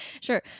sure